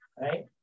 right